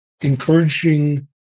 encouraging